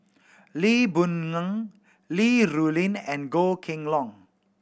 Lee Boon Ngan Li Rulin and Goh Kheng Long